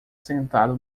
sentado